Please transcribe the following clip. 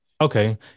Okay